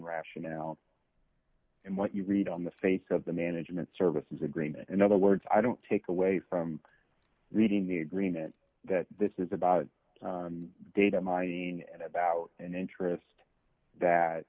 rationale and what you read on the face of the management services agreement in other words i don't take away from reading the agreement that this is about data mining and about an interest that